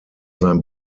sein